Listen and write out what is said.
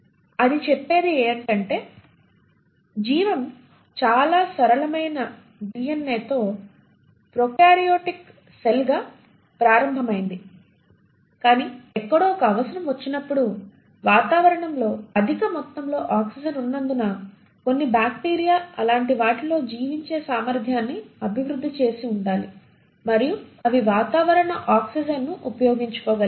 అది చెప్పేది ఏమిటంటే జీవం చాలా సరళమైన డిఎన్ఏ తో ప్రొకార్యోటిక్ సెల్ గా ప్రారంభమైంది కానీ ఎక్కడో ఒక అవసరం వచ్చినప్పుడు వాతావరణంలో అధిక మొత్తంలో ఆక్సిజన్ ఉన్నందున కొన్ని బ్యాక్టీరియా అలాంటి వాటిలో జీవించే సామర్థ్యాన్ని అభివృద్ధి చేసి ఉండాలి మరియు అవి వాతావరణ ఆక్సిజన్ను ఉపయోగించుకోగలిగాయి